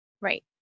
Right